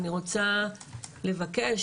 אני רוצה לבקש,